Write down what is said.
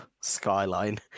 skyline